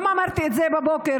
אמרתי את זה גם בבוקר,